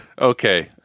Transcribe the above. Okay